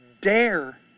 Dare